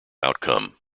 outcome